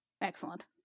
Excellent